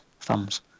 thumbs